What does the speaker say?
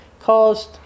caused